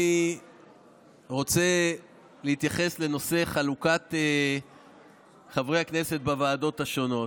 אני רוצה להתייחס לנושא חלוקת חברי הכנסת בוועדות השונות.